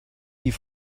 die